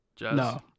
No